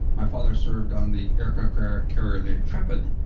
my father served on the aircraft carrier carrier the intrepid,